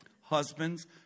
Husbands